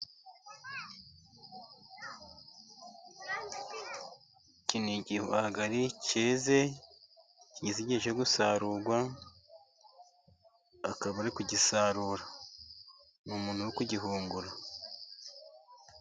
Iki ni igihwagari cyeze, kigeze igihe cyo gusarurwa, bakaba bari kugisarura. Ni umuntu uri kugihungura.